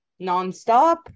nonstop